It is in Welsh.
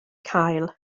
cael